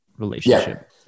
relationship